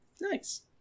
Nice